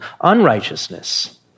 unrighteousness